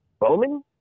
Bowman